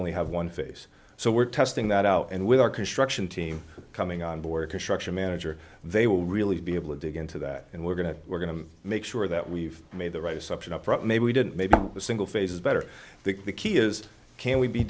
only have one face so we're testing that out and with our construction team coming on board construction manager they will really be able to dig into that and we're going to we're going to make sure that we've made the right assumption upfront maybe we didn't maybe the single phase is better the key is can we be